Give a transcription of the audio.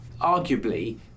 arguably